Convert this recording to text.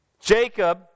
Jacob